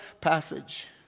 passage